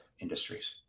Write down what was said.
industries